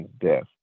death